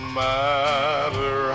matter